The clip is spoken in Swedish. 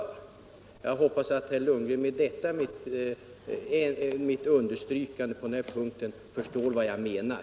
Jag hoppas att herr Lundgren med detta mitt understrykande på den här punkten förstår vad jag menar.